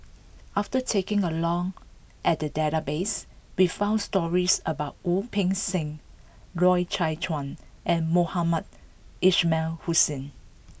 after taking a look at the database we found stories about Wu Peng Seng Loy Chye Chuan and Mohamed Ismail Hussain